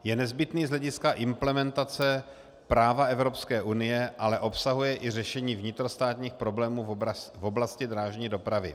Je nezbytný z hlediska implementace práva Evropské unie, ale obsahuje i řešení vnitrostátních problémů v oblasti drážní dopravy.